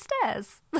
stairs